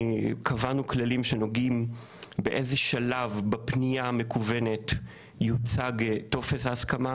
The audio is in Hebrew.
קבענו כללים שנוגעים באיזה שלב בפנייה המקוונת יוצג טופס ההסכמה.